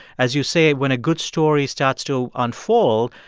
as you say, when a good story starts to unfold,